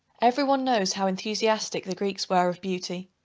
every one knows how enthusiastic the greeks were of beauty.